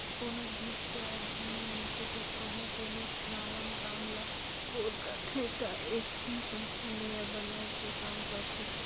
कोनोच भी चाएर झन मइनसे जब कहों कोनो नावा काम ल ओर करथे ता एकठिन संस्था नियर बनाए के काम करथें